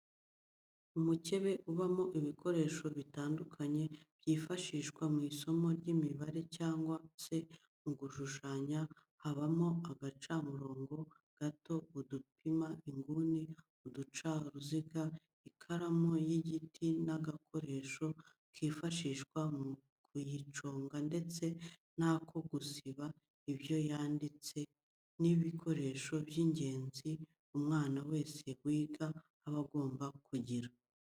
Umukebe ubamo ibikoresho bitandukanye byifashishwa mu isomo ry'imibare cyangwa se mu gushushanya habamo agacamurongo gato, udupima inguni, uducaruziga, ikaramu y'igiti n'agakoresho kifashishwa mu kuyiconga ndetse n'ako gusiba ibyo yanditse, ni ibikoresho by'ingenzi umwana wese wiga aba agomba kugira.